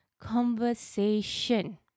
conversation